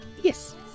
yes